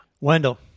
wendell